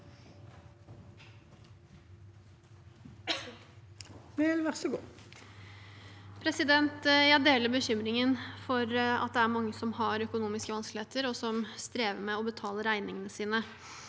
Jeg deler bekym- ringen for at det er mange som har økonomiske vanskeligheter, og som strever med å betale regningene sine.